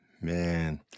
man